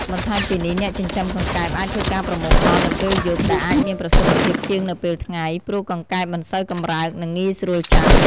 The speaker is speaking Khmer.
បន្ថែមពីនេះអ្នកចិញ្ចឹមកង្កែបអាចធ្វើការប្រមូលផលនៅពេលយប់ ដែលអាចមានប្រសិទ្ធភាពជាងនៅពេលថ្ងៃ ព្រោះកង្កែបមិនសូវកម្រើក និងងាយស្រួលចាប់។